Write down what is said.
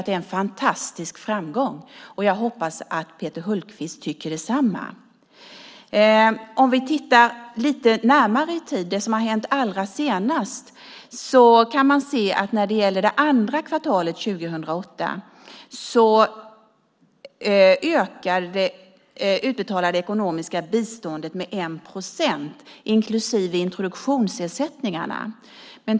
Det är en fantastisk framgång, och jag hoppas att Peter Hultqvist tycker detsamma. Om vi tittar lite närmare i tiden, på det som har hänt allra senast, kan vi se att när det gäller det andra kvartalet 2008 ökar det utbetalade ekonomiska biståndet med 1 procent inklusive introduktionsersättningarna.